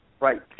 Right